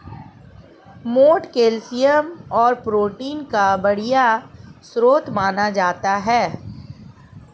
मोठ कैल्शियम और प्रोटीन का बढ़िया स्रोत माना जाता है